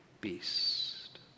beast